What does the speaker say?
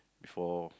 before